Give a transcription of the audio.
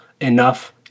enough